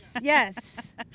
yes